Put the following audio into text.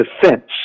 Defense